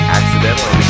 accidentally